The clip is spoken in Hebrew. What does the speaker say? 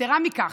יתרה מזו,